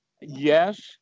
Yes